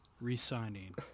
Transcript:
re-signing